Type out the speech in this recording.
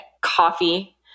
coffee